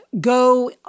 go